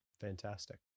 fantastic